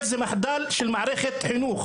אז זה מחדל שמערכת חינוך.